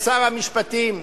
שר המשפטים,